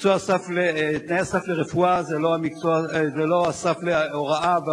תנאי הסף לרפואה הם לא תנאי הסף להוראה,